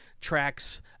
tracks